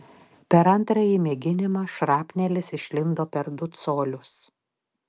per antrąjį mėginimą šrapnelis išlindo per du colius